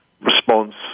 response